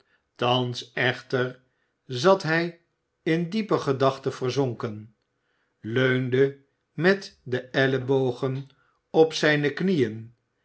thans echter zat hij in diepe gedachten verzonken leunde met de ellebogen op zijne knieën